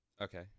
Okay